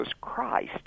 Christ